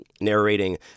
narrating